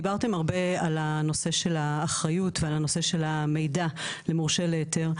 דיברתם הרבה על נושא האחריות ונושא של המידע ממורשה להיתר.